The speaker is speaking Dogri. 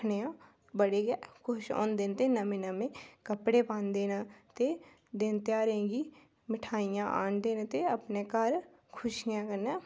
बड् गै खुश होंदे न ते नमें नमें कपड़े पादें न ते दिन ध्यारे गी मठ्ठियां आह्नदे न ते अपने घर खुशियें कन्ने सारे